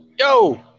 Yo